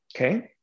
Okay